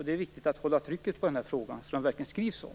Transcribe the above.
Det är viktigt att hålla trycket på denna fråga så att de verkligen skrivs om.